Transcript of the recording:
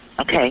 Okay